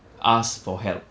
ask for help